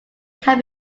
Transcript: can